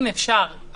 אם אפשר,